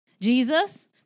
Jesus